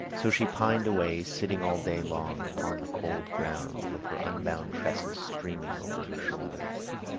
so she pined away, sitting all day long upon the cold ground, with her unbound tresses streaming over her shoulders.